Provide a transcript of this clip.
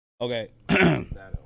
Okay